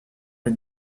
les